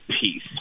peace